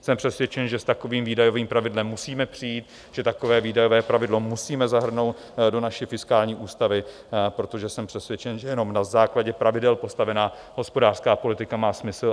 Jsem přesvědčen, že s takovým výdajovým pravidlem musíme přijít, že takové výdajové pravidlo musíme zahrnout do naší fiskální ústavy, protože jsem přesvědčen, že jenom na základě pravidel postavená hospodářská politika má smysl.